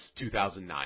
2009